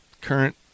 current